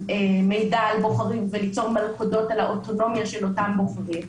מידע על בוחרים וליצור מלכודות על האוטונומיה של אותם בוחרים,